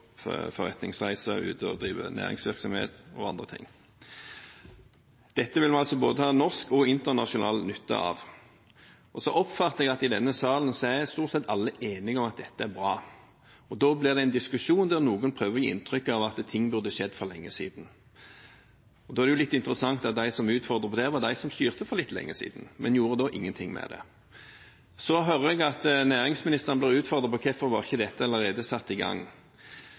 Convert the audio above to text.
på forretningsreise, ute og driver næringsvirksomhet og andre ting. Dette vil vi altså ha både norsk og internasjonal nytte av. Så oppfatter jeg at stort sett alle i denne salen er enige om at dette er bra, og da blir det en diskusjon der noen prøver å gi inntrykk av at ting burde skjedd for lenge siden. Og da er det litt interessant at de som utfordrer på dette, var de som styrte for litt lenge siden, men som da ikke gjorde noe med det. Så hører jeg at næringsministeren blir utfordret på hvorfor dette ikke allerede var satt i gang.